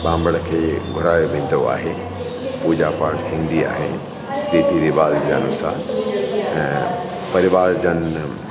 ॿामण खे घुराए वेंदो आहे पूॼा पाठ थींदी आहे रीति रिवाज़ जे अनुसार ऐं परिवार जनि